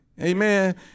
Amen